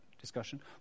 discussion